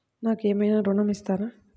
నాకు ఏమైనా ఋణం ఇస్తారా?